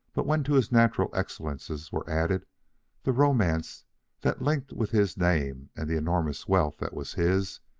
but when to his natural excellences were added the romance that linked with his name and the enormous wealth that was his,